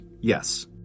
yes